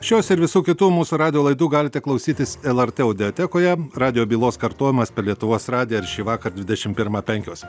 šios ir visų kitų mūsų radijo laidų galite klausytis lrt audiotekoje radijo bylos kartojimas per lietuvos radiją ir šįvakar dvidešimt pirmą penkios